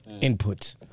input